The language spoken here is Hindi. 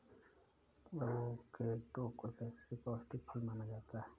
अवोकेडो को सबसे पौष्टिक फल माना जाता है